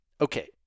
Okay